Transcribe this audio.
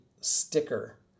sticker